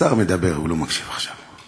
השר מדבר, הוא לא מקשיב עכשיו.